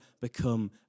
become